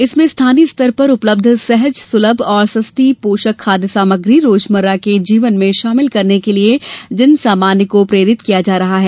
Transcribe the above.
इसमें स्थानीय स्तर पर उपलब्ध सहज सुलभ और सस्ती पोषक खाद्य सामग्री रोजमर्रा के भोजन में शामिल करने के लिये जन सामान्य को प्रेरित किया जायेगा